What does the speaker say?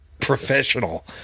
Professional